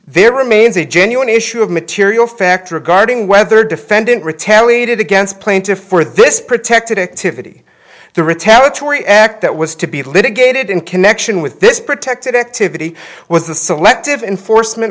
there remains a genuine issue of material fact regarding whether defendant retaliated against plaintiff for this protected activity the retaliatory act that was to be litigated in connection with this protected activity was the selective enforcement